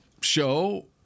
show